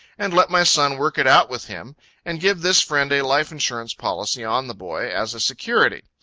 and let my son work it out with him and give this friend a life insurance policy on the boy, as a security.